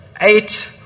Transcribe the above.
eight